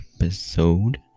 episode